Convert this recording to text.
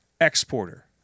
exporter